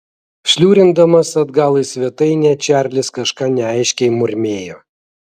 šliurindamas atgal į svetainę čarlis kažką neaiškiai murmėjo